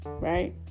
Right